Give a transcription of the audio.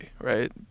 right